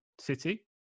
City